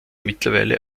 mittlerweile